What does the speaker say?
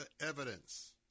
evidence